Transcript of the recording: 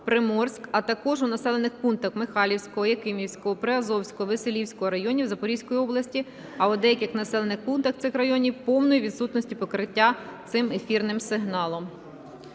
Приморськ, а також у населених пунктах Михайлівського, Якимівського, Приазовського, Веселівського районів Запорізької області, а у деяких населених пунктах цих районів повної відсутності покриття цим ефірним сигналом.